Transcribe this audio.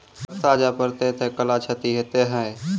बरसा जा पढ़ते थे कला क्षति हेतै है?